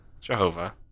Jehovah